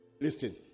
Listen